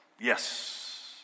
Yes